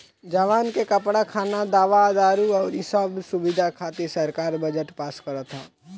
जवान के कपड़ा, खाना, दवा दारु अउरी सब सुबिधा खातिर सरकार बजट पास करत ह